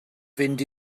fynd